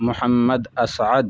Muhammad Asad